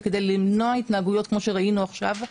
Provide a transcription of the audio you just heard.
וכדי למנוע התנהגויות כמו שראינו עכשיו.